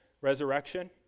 resurrection